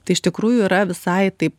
tai iš tikrųjų yra visai taip